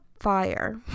fire